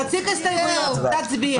תציג הסתייגויות, תצביע.